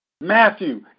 Matthew